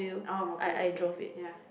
I want okay ya